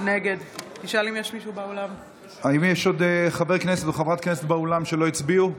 נגד האם יש עוד חבר כנסת או חברת כנסת באולם שלא הצביעו?